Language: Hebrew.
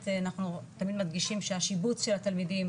אנחנו תמיד מדגישים שהשיבוץ של התלמידים